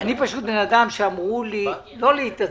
אדם שאמרו לו לא להתעצבן,